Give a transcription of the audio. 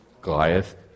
Goliath